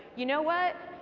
you know what,